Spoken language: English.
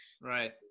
right